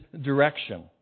direction